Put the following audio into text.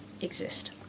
exist